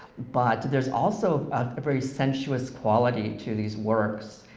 but there's also a very sensuous quality to these works,